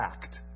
fact